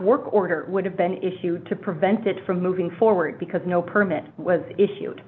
work order would have been issued to prevent it from moving forward because no permit was issued